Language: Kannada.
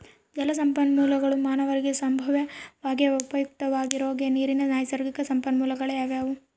ಜಲಸಂಪನ್ಮೂಲಗುಳು ಮಾನವರಿಗೆ ಸಂಭಾವ್ಯವಾಗಿ ಉಪಯುಕ್ತವಾಗಿರೋ ನೀರಿನ ನೈಸರ್ಗಿಕ ಸಂಪನ್ಮೂಲಗಳಾಗ್ಯವ